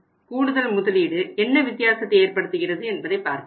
கூடுதல் முதலீடு என்ன வித்தியாசத்தை ஏற்படுத்துகிறது என்பதை பார்க்க வேண்டும்